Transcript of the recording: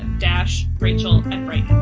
ah dash, rachel, and bryton.